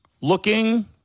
Looking